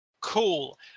Cool